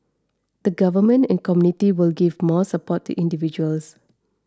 the government and community will give more support to individuals